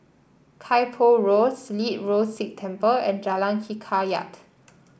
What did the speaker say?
Kay Poh Road Silat Road Sikh Temple and Jalan Hikayat